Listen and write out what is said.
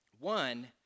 One